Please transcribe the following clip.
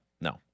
no